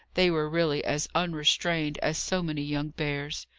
they were really as unrestrained as so many young bears.